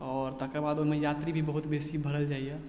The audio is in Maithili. आओर तकरबाद ओइमे यात्री भी बहुत बेसी भड़ल जाइ यऽ